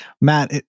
Matt